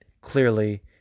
clearly